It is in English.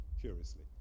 curiously